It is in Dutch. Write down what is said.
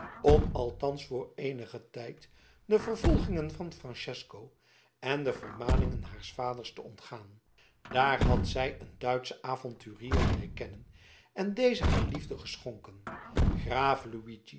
om althans voor eenigen tijd de vervolgingen van francesco en de vermaningen haars vaders te ontgaan daar had zij een duitschen avonturier leeren kennen en dezen hare liefde geschonken graaf